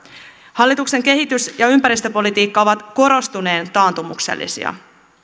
hallituksen kehitys ja ympäristöpolitiikka ovat korostuneen taantumuksellisia